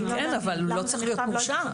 כן, אבל הוא לא צריך להיות מורשע.